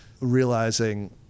realizing